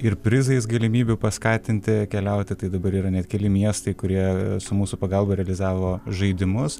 ir prizais galimybių paskatinti keliauti tai dabar yra net keli miestai kurie su mūsų pagalba realizavo žaidimus